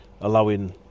allowing